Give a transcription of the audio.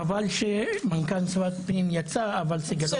חבל שמנכ"ל משרד הפנים יצא, אבל סגלוביץ' פה.